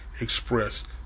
express